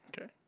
Okay